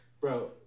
bro